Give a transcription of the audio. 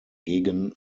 gegen